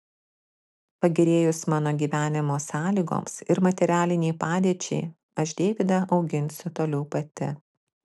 pagerėjus mano gyvenimo sąlygoms ir materialinei padėčiai aš deivydą auginsiu toliau pati